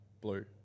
blue